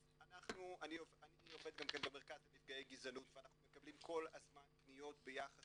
אני עובד גם כן במרכז לנפגעי גזענות ואנחנו מקבלים כל הזמן פניות ביחס